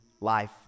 life